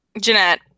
Jeanette